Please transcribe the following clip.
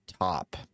top